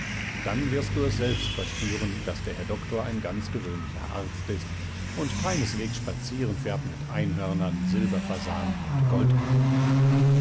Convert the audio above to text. dann wirst du es selbst verspüren daß der herr doktor ein ganz gewöhnlicher arzt ist und keineswegs spazieren fährt mit einhörnern silberfasanen und